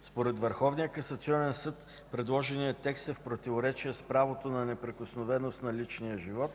Според Върховния касационен съд предложеният текст е в противоречие с правото на неприкосновеност на личния живот,